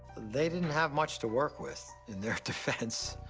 they didn't have much to work with in their defense.